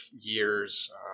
years